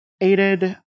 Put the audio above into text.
aided